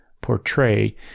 portray